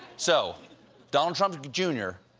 so donald trump jr.